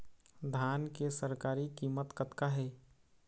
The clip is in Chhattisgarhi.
धान के सरकारी कीमत कतका हे?